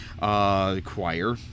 Choir